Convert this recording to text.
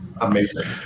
amazing